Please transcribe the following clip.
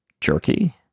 jerky